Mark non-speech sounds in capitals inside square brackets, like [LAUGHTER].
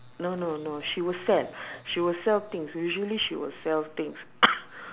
no no no she will sell she will sell things usually she will sell things [COUGHS]